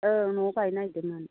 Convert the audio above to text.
ओं न'आव गायनो नागिरदोंमोन